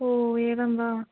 ओ एवं वा